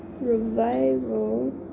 Revival